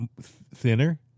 thinner